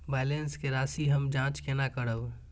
Balance के राशि हम जाँच केना करब?